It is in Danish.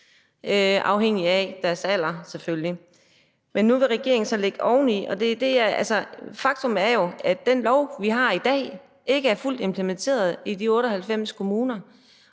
afhængigt af deres alder. Men nu vil regeringen så lægge oveni. Altså, faktum er jo, at den lov, vi har i dag, ikke er fuldt implementeret i de 98 kommuner,